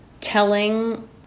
telling